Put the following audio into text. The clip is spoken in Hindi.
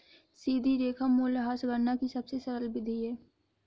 सीधी रेखा मूल्यह्रास गणना की सबसे सरल विधि है